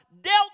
dealt